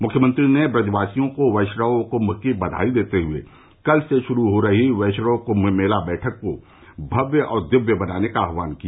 मुख्यमंत्री ने ब्रजवासियों को वैष्णव कुंभ की बधाई देते हुए कल से शुरू हो रही वैष्णव कुंभ मेला बैठक को भव्य और दिव्य बनाने का आह्वान किया